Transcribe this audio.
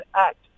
Act